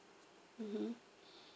mm